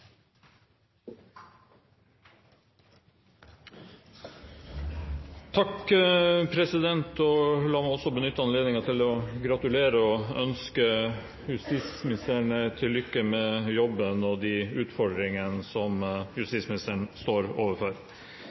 også meg benytte anledningen til å gratulere justisministeren og ønske til lykke med jobben og de utfordringene som hun står overfor.